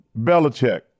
Belichick